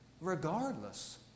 regardless